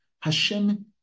Hashem